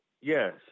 Yes